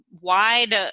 wide